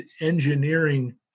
engineering